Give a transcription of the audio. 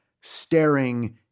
staring